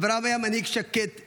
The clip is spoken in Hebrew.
אברהם היה מנהיג שקט,